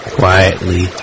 Quietly